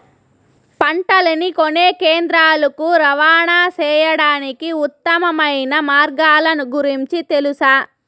పంటలని కొనే కేంద్రాలు కు రవాణా సేయడానికి ఉత్తమమైన మార్గాల గురించి తెలుసా?